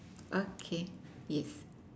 okay yes